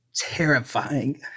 terrifying